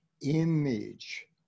image